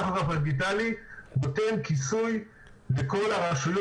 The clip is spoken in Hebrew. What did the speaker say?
הטכוגרף הדיגיטלי נותן כיסוי בכל הרשויות